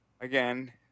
again